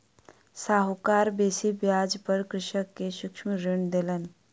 साहूकार बेसी ब्याज पर कृषक के सूक्ष्म ऋण देलैन